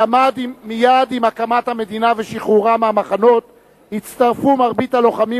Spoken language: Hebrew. מייד עם הקמת המדינה ושחרורם מהמחנות הצטרפו מרבית הלוחמים